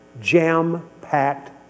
jam-packed